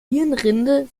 hirnrinde